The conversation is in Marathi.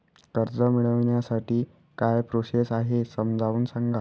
कर्ज मिळविण्यासाठी काय प्रोसेस आहे समजावून सांगा